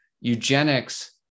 eugenics